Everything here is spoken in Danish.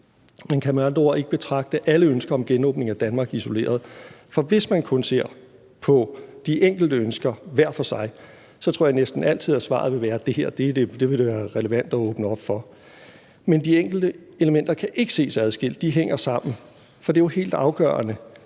Man kan med andre ord ikke betragte alle ønsker om genåbning af Danmark isoleret. For hvis man kun ser på de enkelte ønsker hver for sig, så tror jeg næsten altid at svaret vil være: Det her vil være relevant at åbne op for. Men de enkelte elementer kan ikke ses adskilt; de hænger sammen. Det er jo helt afgørende,